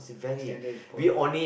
standard is Paul